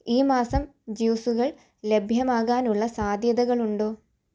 ഈ മാസം ജ്യൂസുകൾ ലഭ്യമാകാനുള്ള സാധ്യതകളുണ്ടോ